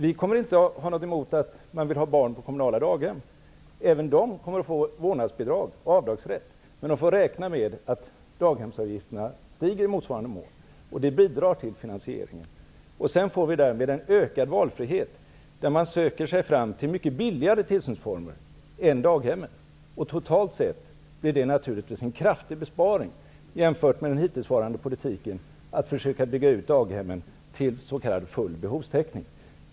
Vi kommer inte att ha något emot att man väljer att ha sina barn på kommunala daghem. Även de kommer att få vårdnadsbidrag och avdragsrätt, men de får räkna med att daghemsavgifterna kommer att stiga i motsvarande mån. Detta bidrar till finansieringen. Dessutom blir det en ökad valfrihet, som innebär att man söker sig till mycket billigare tillsynsformer än daghemmen. Totalt sett innebär det naturligtvis en kraftig besparing jämfört med den hittillsvarande politiken, dvs. att försöka bygga ut daghemsverksamheten till s.k. full behovstäckning.